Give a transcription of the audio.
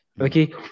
okay